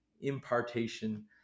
impartation